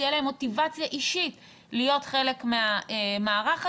תהיה להם מוטיבציה אישית להיות חלק מהמערך הזה,